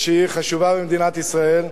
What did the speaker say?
שהיא חשובה במדינת ישראל.